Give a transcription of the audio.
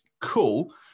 Cool